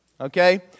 Okay